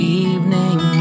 evening